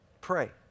Pray